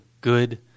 good